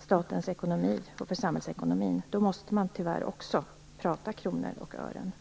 statens ekonomi och för samhällsekonomin måste man tyvärr också prata kronor och ören.